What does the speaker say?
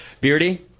Beardy